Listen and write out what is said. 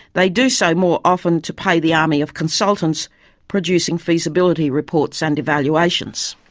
they do so more often to pay the army of consultants producing feasibility reports and evaluations.